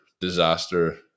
disaster